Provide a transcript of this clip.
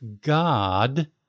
God